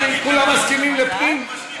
כולם מסכימים לפנים?